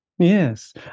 Yes